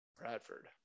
Bradford